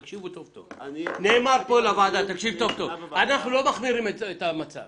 תקשיבו טוב, אנחנו לא מחמירים את המצב